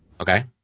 okay